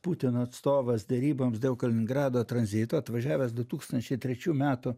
putino atstovas deryboms dėl kaliningrado tranzito atvažiavęs du tūkstančiai trečių metų